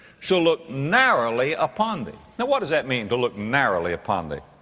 shall look narrowly upon thee. now what does that mean, to look narrowly upon thee?